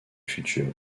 futur